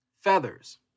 feathers